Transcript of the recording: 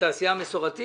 לתעשייה המסורתית.